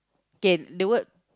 can the word